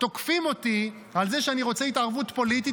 תוקפים אותי על זה שאני רוצה התערבות פוליטית,